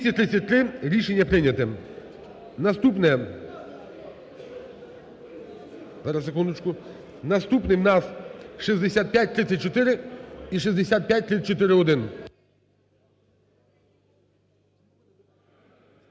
Наступне у нас 6534 і 6534-1.